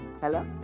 Hello